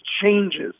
changes